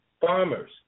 farmers